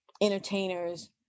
entertainers